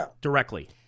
directly